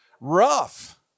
rough